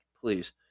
please